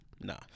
nah